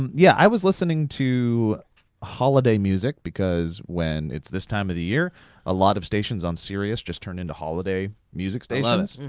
yeah, i was listening to holiday music because when its this time of the year a lot of stations on sirius just turn into holiday music stations. i love